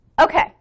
okay